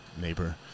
Neighbor